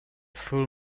full